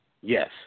Yes